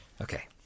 Okay